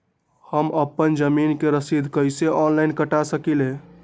हम अपना जमीन के रसीद कईसे ऑनलाइन कटा सकिले?